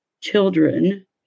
children